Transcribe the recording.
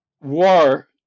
war